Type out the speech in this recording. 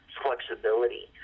flexibility